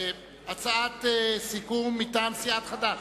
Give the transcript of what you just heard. הצעת סיכום מטעם סיעת חד"ש,